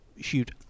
shoot